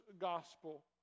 gospel